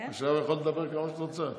עכשיו יכולת לדבר כמה שאת רוצה,